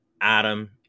Adam